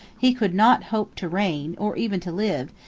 he could not hope to reign, or even to live,